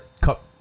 cup